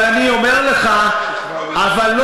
אבל אני אומר לך, אז תטפלו בזה.